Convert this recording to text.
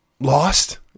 lost